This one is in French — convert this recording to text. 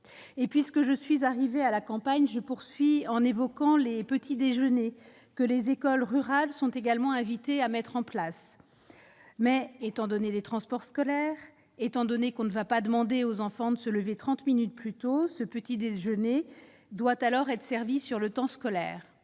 et puisque je suis arrivé à la campagne, je poursuis en évoquant les petits-déjeuners que les écoles rurales sont également invitées à mettre en place, mais étant donné les transports scolaires étant donné qu'on ne va pas demander aux enfants de se lever 30 minutes plus tôt ce petit-déjeuner doit alors être servi sur le temps scolaire,